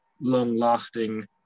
long-lasting